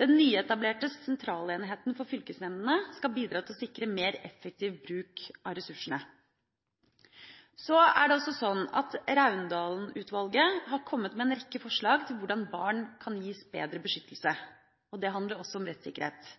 Den nyetablerte Sentralenheten for fylkesnemndene skal bidra til å sikre mer effektiv bruk av ressursene. Raundalen-utvalget har kommet med en rekke forslag til hvordan barn kan gis bedre beskyttelse, og det handler også om rettssikkerhet.